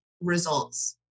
results